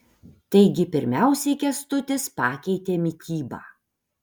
taigi pirmiausiai kęstutis pakeitė mitybą